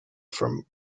from